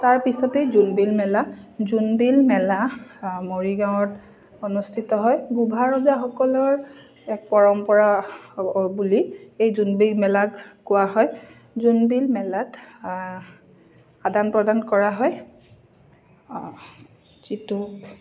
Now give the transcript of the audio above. তাৰপিছতেই জোনবিল মেলা জুনবিল মেলা মৰিগাঁৱত অনুষ্ঠিত হয় গোভাৰজাসকলৰ এক পৰম্পৰা বুলি এই জোনবিল মেলাক কোৱা হয় জোনবিল মেলাত আদান প্ৰদান কৰা হয় যিটোক